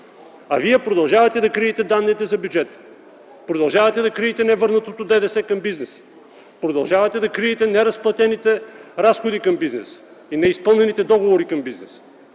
А Вие продължавате да криете данните за бюджета; продължавате да криете невърнатото ДДС към бизнеса; продължавате да криете неразплатените разходи към бизнеса и неизпълнените договори към бизнеса.